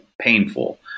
painful